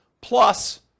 plus